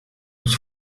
was